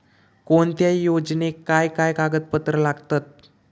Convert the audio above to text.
कोणत्याही योजनेक काय काय कागदपत्र लागतत?